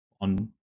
on